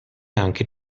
anche